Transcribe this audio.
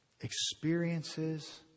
experiences